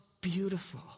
beautiful